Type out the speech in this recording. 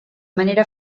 manera